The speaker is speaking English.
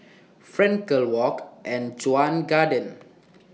Frankel Walk and Chuan Garden